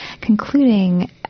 concluding